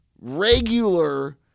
regular